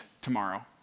tomorrow